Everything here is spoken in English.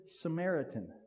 Samaritan